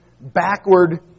backward